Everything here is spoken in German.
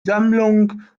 sammlung